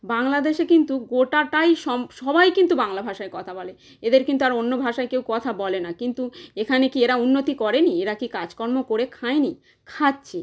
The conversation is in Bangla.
বাংলাদেশে কিন্তু গোটাটাই সম সবাই কিন্তু বাংলা ভাষায় কথা বলে এদের কিন্তু আর অন্য ভাষায় কেউ কথা বলে না কিন্তু এখানে কি এরা উন্নতি করে নি এরা কি কাজকর্ম করে খায় নি খাচ্ছে